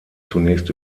zunächst